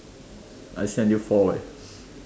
I stay until four